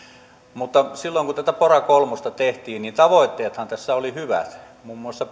silloin kun tätä pora kolmosta tehtiin tavoitteethan tässä olivat hyvät muun muassa